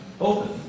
open